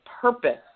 purpose